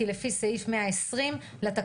כי לפי סעיף 120 לתקנון,